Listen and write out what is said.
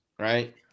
right